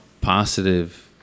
positive